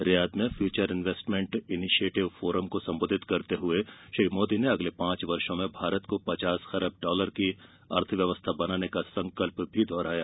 Riyadh में Future Investment Initiative Forum को सम्बोाधित करते हुए श्री मोदी ने अगले पांच वर्षों में भारत को पचास खरब डॉलर की अर्थव्रूवस्था बनाने का संकल्प दोहराया